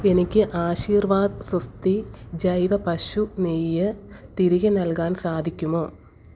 എനിക്ക് ആശീർവാദ് സ്വസ്തി ജൈവ പശു നെയ്യ് തിരികെ നൽകാൻ സാധിക്കുമോ